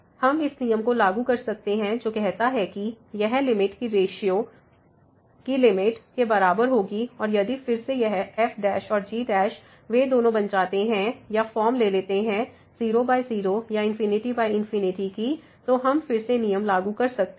हम इस नियम को लागू कर सकते हैं जो कहता है कि यह लिमिट की रेश्यो की लिमिट के बराबर होगी और यदि फिर से यह f और g वे दोनों बन जाते हैं या फॉर्म ले लेते हैं 00 या ∞∞ की तो हम फिर से नियम लागू कर सकते हैं